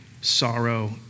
sorrow